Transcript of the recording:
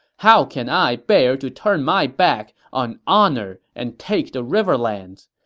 how can i bear to turn my back on honor and take the riverlands?